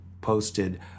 posted